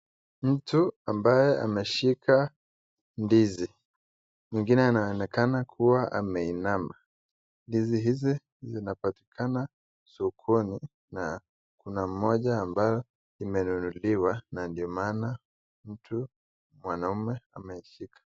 Mtu ambaye ameshika ndizi. Mwingine anaonekana kuwa ameinama. Ndizi hizi zinapatikana sokoni na kuna moja ambayo imenunuliwa na ndio maana mtu mwanamume ameshika.